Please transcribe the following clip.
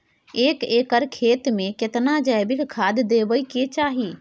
एक एकर खेत मे केतना जैविक खाद देबै के चाही?